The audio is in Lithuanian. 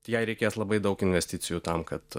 jai reikės labai daug investicijų tam kad